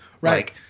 Right